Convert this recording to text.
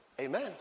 Amen